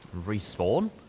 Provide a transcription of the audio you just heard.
Respawn